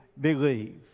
believe